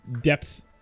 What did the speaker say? depth